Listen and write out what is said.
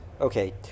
Okay